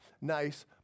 nice